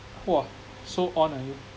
!wah! so on ah you